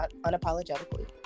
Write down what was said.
unapologetically